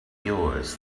yours